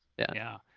yeah, yeah,